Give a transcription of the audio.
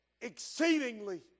exceedingly